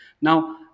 Now